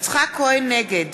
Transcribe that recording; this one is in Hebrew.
נגד